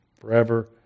forever